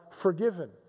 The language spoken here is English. forgiven